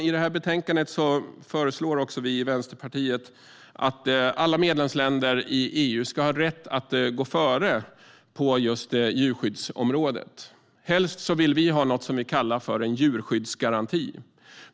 I det här betänkandet föreslår vi i Vänsterpartiet att alla medlemsländer i EU ska ha rätt att gå före på just djurskyddsområdet. Helst vill vi ha något vi kallar en djurskyddsgaranti.